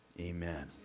amen